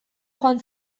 joan